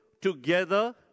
together